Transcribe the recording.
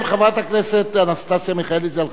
חברת הכנסת אנסטסיה מיכאלי.